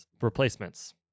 replacements